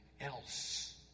else